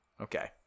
Okay